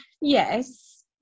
yes